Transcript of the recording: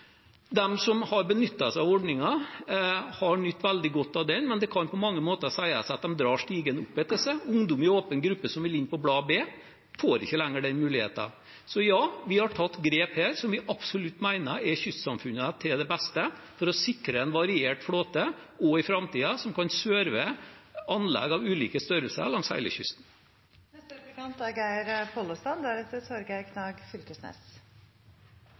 som har benyttet seg av ordningen, har nytt veldig godt av den, men det kan på mange måter sies at de drar stigen opp etter seg. Ungdom i åpen gruppe som vil inn på blad B, får ikke lenger den muligheten. Ja, her har vi tatt grep som vi absolutt mener er til det beste for kystsamfunnene, for å sikre en variert flåte også i framtiden som kan serve anlegg av ulike størrelser langs